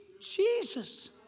Jesus